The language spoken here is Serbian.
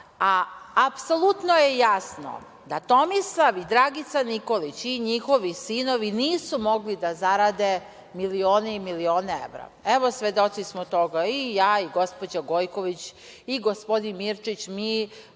koga. Apsolutno je jasno da Tomislav i Dragica Nikolić i njihovi sinovi nisu mogli da zarade milione i milione evra. Evo, svedoci smo toga i ja i gospođa Gojković i gospodin Mirčić. Mi